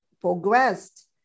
progressed